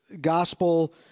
gospel